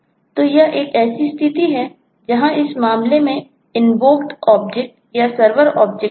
तो यह एक ऐसी स्थिति है जहां इस मामले में इन्वोक ऑब्जेक्ट